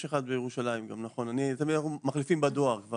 יש אחד בירושלים גם, תמיד מחליפים בינינו בדואר.